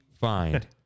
find